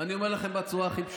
אני אומר לכם בצורה הכי פשוטה,